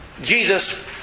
Jesus